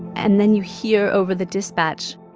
and then you hear, over the dispatch.